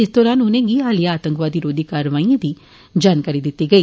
इस दौरान उनेंगी हालिया आतंकवाद रोघी कारवाइएं दी जानकारी दित्ती गेई